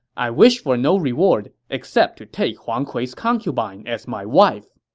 i wish for no reward except to take huang kui's concubine as my wife.